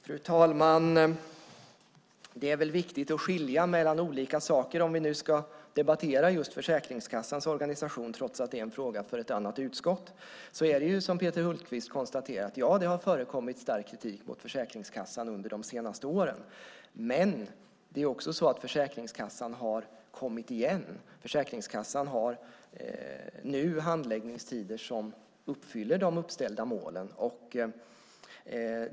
Fru talman! Det är viktigt att skilja på olika saker. Om vi ska debattera just Försäkringskassans organisation, trots att det är en fråga för ett annat utskott, har det, som Peter Hultqvist konstaterar, förekommit stark kritik mot Försäkringskassan under de senaste åren. Men Försäkringskassan har kommit igen och har nu handläggningstider som uppfyller de uppställda målen.